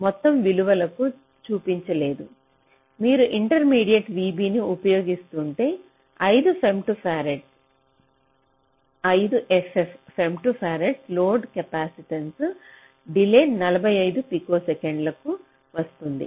మొత్తం విలువలకు చూపించలేదు మీరు ఇంటర్మీడియట్ vB ని ఉపయోగిస్తుంటే 5 femtofarad 5 ff femtofarad load capacitance delay 45 పికోసెకన్లకు వస్తుంది